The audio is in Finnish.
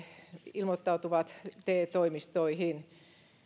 ilmoittautuvat te toimistoihin